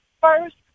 first